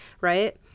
right